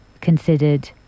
considered